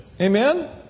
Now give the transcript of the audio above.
Amen